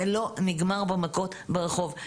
זה לא נגמר במכות ברחוב.